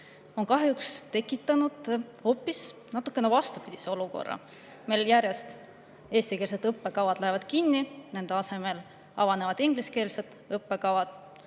on kahjuks tekitanud hoopis natukene vastupidise olukorra. Meil järjest eestikeelsed õppekavad lähevad kinni, nende asemel avanevad ingliskeelsed õppekavad.